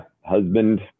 husband